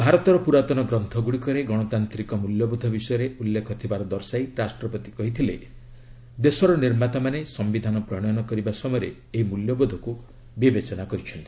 ଭାରତର ପୁରାତନ ଗ୍ରନ୍ଥଗୁଡ଼ିକରେ ଗଣତାନ୍ତିକ ମୂଲ୍ୟବୋଧ ବିଷୟରେ ଉଲ୍ଲେଖ ଥିବାର ଦର୍ଶାଇ ରାଷ୍ଟ୍ରପତି କହିଥିଲେ ଦେଶର ନିର୍ମାତାମାନେ ସିୟିଧାନ ପ୍ରଣୟନ କରିବା ସମୟରେ ଏହି ମୂଲ୍ୟବୋଧକୁ ବିବେଚନା କରିଚ୍ଛନ୍ତି